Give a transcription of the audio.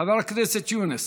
חבר הכנסת יונס,